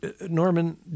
Norman